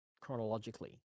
chronologically